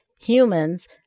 humans